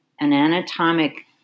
anatomic